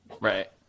Right